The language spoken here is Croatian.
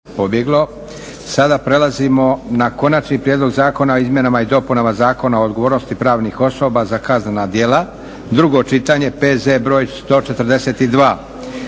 Josip (SDP)** Idemo na Konačni prijedlog zakona o izmjenama i dopunama Zakona o odgovornosti pravnih osoba za kaznena djela, drugo čitanje, PZ br. 142.